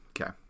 Okay